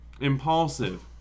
Impulsive